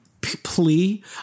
plea